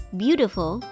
beautiful